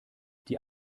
die